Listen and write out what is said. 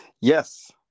Yes